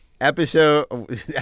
episode